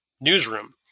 newsroom